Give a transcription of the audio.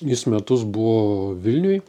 jis metus buvo vilniuj